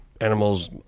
animals